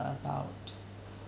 about